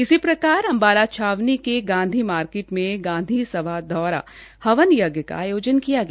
इसी प्रकार अम्बाला छावनी के गांधी मार्केट में गांधी सभा दवारा हवन यज्ञ का आयोजन किया गया